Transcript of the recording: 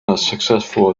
unsuccessful